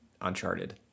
uncharted